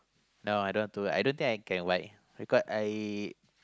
no I don't know how to I don't think I can why because I